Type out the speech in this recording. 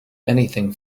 anything